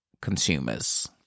consumers